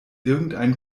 irgendein